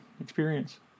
experience